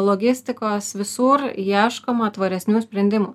logistikos visur ieškoma tvaresnių sprendimų